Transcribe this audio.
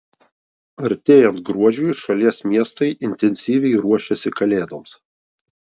artėjant gruodžiui šalies miestai intensyviai ruošiasi kalėdoms